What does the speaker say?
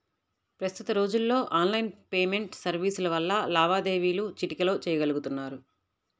ప్రస్తుత రోజుల్లో online payment సర్వీసుల వల్ల లావాదేవీలు చిటికెలో చెయ్యగలుతున్నారు